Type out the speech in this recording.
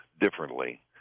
differently